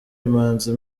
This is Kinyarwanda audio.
imanzi